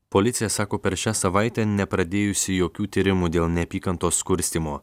policija sako per šią savaitę nepradėjusi jokių tyrimų dėl neapykantos kurstymo